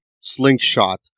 slingshot